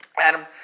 Adam